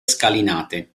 scalinate